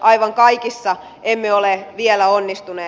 aivan kaikissa em me ole vielä onnistuneet